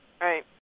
right